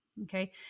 Okay